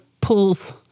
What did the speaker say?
pulls